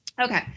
okay